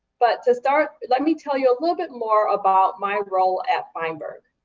but to start, let me tell you a little bit more about my role as feinberg.